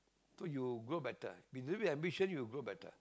so you grow better you live with ambition you will grow better